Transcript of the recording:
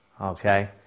okay